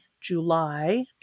July